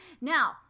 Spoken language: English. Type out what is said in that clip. Now